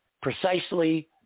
precisely